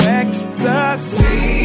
ecstasy